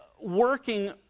working